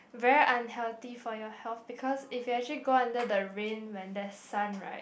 very unhealthy for your health because if you actually go under the rain when there's sun right